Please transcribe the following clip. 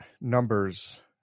numbers